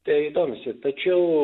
tai domisi tačiau